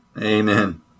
Amen